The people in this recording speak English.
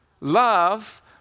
love